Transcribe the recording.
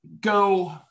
go